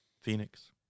Phoenix